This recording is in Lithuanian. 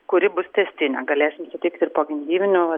kuri bus tęstinė galėsim suteikti ir pogimdyvinių